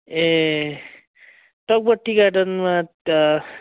ए तपाईँको टी गार्डनमा त